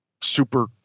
Super